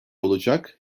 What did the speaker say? olacak